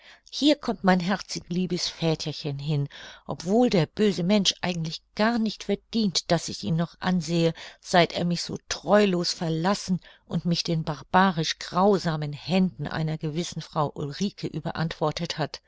hier kommt mein herzig liebes väterchen hin obwohl der böse mensch eigentlich gar nicht verdient daß ich ihn noch ansehe seit er mich so treulos verlassen und mich den barbarisch grausamen händen einer gewissen frau ulrike überantwortet hat